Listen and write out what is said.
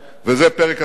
וזה פרק החינוך.